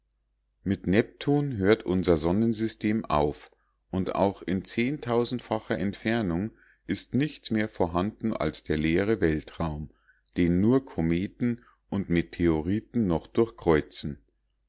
mit neptun hört unser sonnensystem auf und auch in facher entfernung ist nichts mehr vorhanden als der leere weltraum den nur kometen und meteoriten noch durchkreuzen